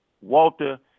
Walter